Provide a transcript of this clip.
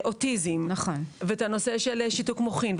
אוטיזם ואת הנושא של שיתוק מוחין,